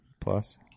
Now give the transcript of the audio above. plus